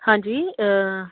ਹਾਂਜੀ